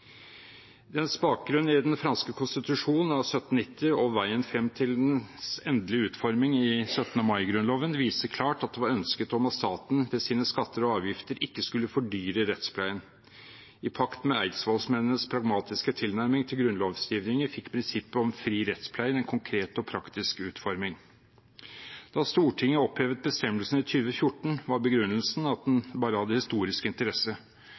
Dens bakgrunn i den franske konstitusjon av 1790 og veien frem til dens endelige utforming i 17. mai-grunnloven viser klart at det var ønsket at staten ved sine skatter og avgifter ikke skulle fordyre rettspleien. I pakt med eidsvollsmennenes pragmatiske tilnærming til grunnlovgivningen fikk prinsippet om fri rettspleie en konkret og praktisk utforming. Da Stortinget opphevet bestemmelsen i 2014, var begrunnelsen at den bare hadde historisk interesse